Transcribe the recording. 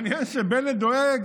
מעניין שבנט דואג